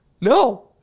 no